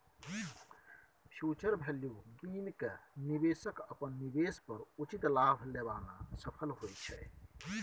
future value गिन केँ निबेशक अपन निबेश पर उचित लाभ लेबा मे सफल होइत छै